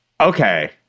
Okay